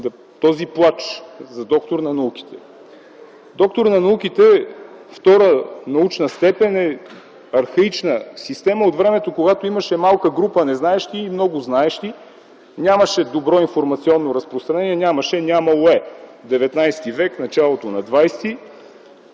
този плач за „доктор на науките”. „Доктор на науките”, втора научна степен е архаична система от времето, когато имаше малка група знаещи и много незнаещи, нямаше добро информационно разпространение, нямаше, нямало е – 19 век и началото на 20 век.